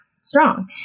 strong